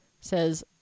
says